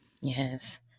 Yes